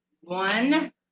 one